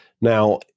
Now